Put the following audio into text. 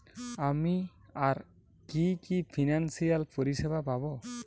আমি আর কি কি ফিনান্সসিয়াল পরিষেবা পাব?